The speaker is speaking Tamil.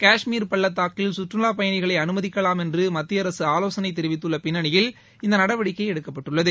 காஷ்மீர் பள்ளத்தாக்கில் கற்றுலாப் பயணிகளை அனுமதிக்கலாம் என்று மத்திய அரசு ஆலோசனை தெரிவித்துள்ள பின்னணியில் இந்த நடவடிக்கை எடுக்கப்பட்டுள்ளது